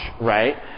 right